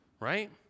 right